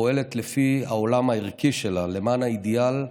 שפועלת לפי העולם הערכי שלה, למען האידיאל,